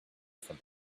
from